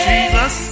Jesus